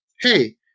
hey